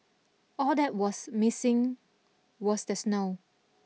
all that was missing was the snow